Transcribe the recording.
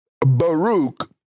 Baruch